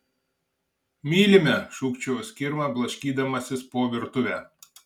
mylime šūkčiojo skirma blaškydamasis po virtuvę